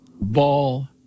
Ball